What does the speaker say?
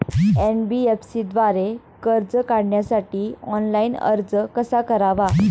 NBFC द्वारे कर्ज काढण्यासाठी ऑनलाइन अर्ज कसा करावा?